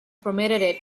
permitted